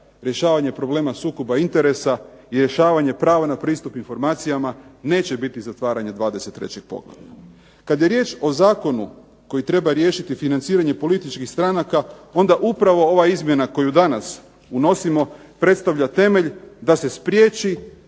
rješavanje problema sukoba interesa i rješavanje prava na pristup informacijama neće biti zatvaranja 23. poglavlja. Kad je riječ o zakonu koji treba riješiti financiranje političkih stranaka onda upravo ova izmjena koju danas unosimo predstavlja temelj da se spriječi